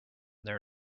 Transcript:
their